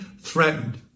threatened